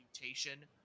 mutation